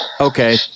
okay